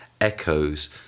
echoes